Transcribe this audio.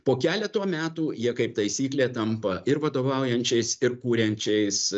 po keleto metų jie kaip taisyklė tampa ir vadovaujančiais ir kuriančiais